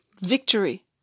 victory